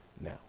now